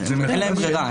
אין להן ברירה,